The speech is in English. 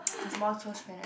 have more close friend right